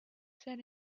said